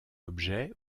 objet